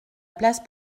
place